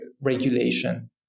regulation